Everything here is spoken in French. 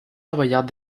savoyarde